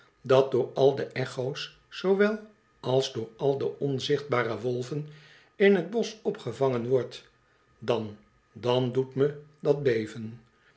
dat door al de echo's zoowel als door al de onzichtbare wolven in t boseh opgevangen wordt dan dan doet me dat beven